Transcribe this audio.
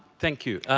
thank you.